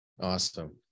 Awesome